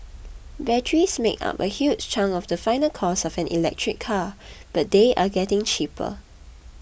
batteries make up a huge chunk of the final cost of an electric car but they are getting cheaper